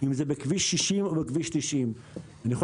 אם זה בכביש 60 או בכביש 90. אני יכול